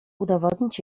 udowodnić